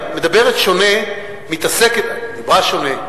דיברה שונה,